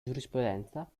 giurisprudenza